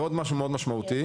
עוד משהו מאוד משמעותי,